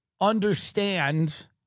understand